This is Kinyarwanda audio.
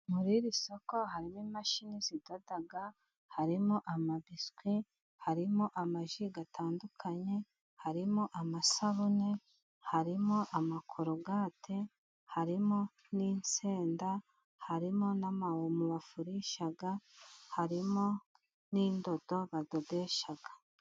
Muri iri soko harimo imashini zidoda, harimo amabiswi, harimo amaji atandukanye, harimo amasabune ,harimo amakorogate, harimo n'insenda, harimo n'amawomo bafurisha ,harimo n'indodo badodesha.